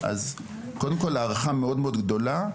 אז קודם כל הערכה מאוד גדולה.